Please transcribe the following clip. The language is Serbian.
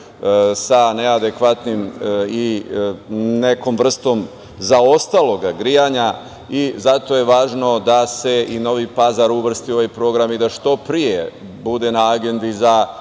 sa neadekvatnim i nekom vrstom zaostaloga grejanja i zato je važno da se Novi Pazar uvrsti u ovaj program što pre i da bude na agendi za rešavanje. Znam